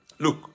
Look